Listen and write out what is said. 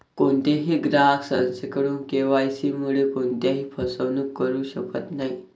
कोणीही ग्राहक संस्थेकडून के.वाय.सी मुळे कोणत्याही फसवणूक करू शकत नाही